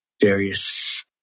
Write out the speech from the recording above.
various